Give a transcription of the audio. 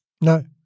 No